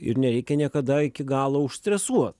ir nereikia niekada iki galo užstresuot